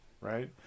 right